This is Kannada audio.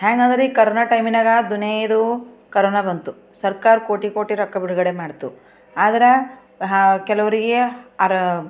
ಹ್ಯಾಂಗ ಅಂದರೆ ಈ ಕರೋನ ಟೈಮಿನಾಗೆ ದುನೇಯ್ದು ಕರೋನ ಬಂತು ಸರ್ಕಾರ ಕೋಟಿ ಕೋಟಿ ರೊಕ್ಕ ಬಿಡುಗಡೆ ಮಾಡಿತು ಆದರೆ ಕೆಲವರಿಗೆ ಅದರ